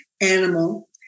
animal